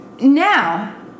Now